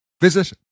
Visit